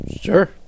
Sure